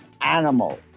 animal